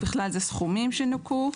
בכלל זה סכומים שנוכו וכו',